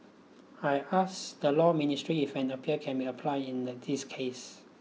I asked the Law Ministry if an appeal can be applied in the this case